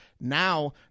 Now